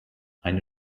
eine